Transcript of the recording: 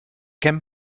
can